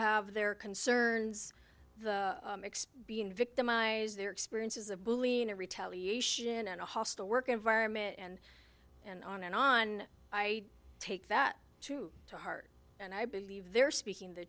have their concerns being victimized their experiences of bullying of retaliation and a hostile work environment and and on and on i take that to heart and i believe they're speaking the